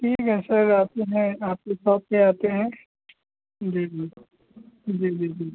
ठीक है सर आते हैं आपकी शॉप पर आते हैं जी जी जी जी जी